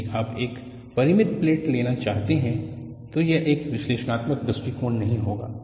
यदि आप एक परिमित प्लेट लेना चाहते हैं तो एक विश्लेषणात्मक दृष्टिकोण नहीं होगा